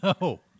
No